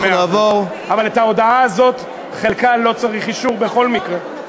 אבל את ההודעה הזאת, חלקה לא צריך אישור בכל מקרה.